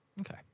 okay